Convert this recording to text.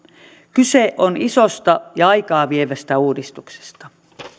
kyse on isosta ja aikaa vievästä uudistuksesta